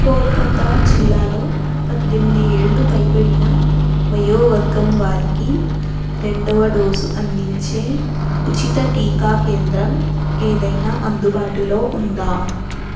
కోల్కత్తా జిల్లాలో పద్దెమ్ది ఏళ్ళు పైనడిన వయోవర్గం వారికి రెండవ డోసు అందించే ఉచిత టీకా కేంద్రం ఏదైనా అందుబాటులో ఉందా